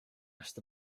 asked